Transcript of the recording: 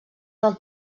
del